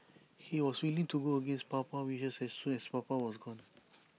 he was willing to go against Papa's wishes as soon as papa was gone